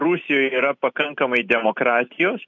rusijoj yra pakankamai demokratijos